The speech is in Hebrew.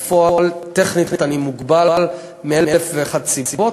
ובפועל, טכנית אני מוגבל בגלל אלף ואחת סיבות.